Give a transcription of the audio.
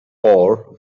ore